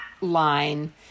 line